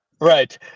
right